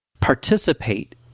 participate